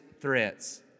threats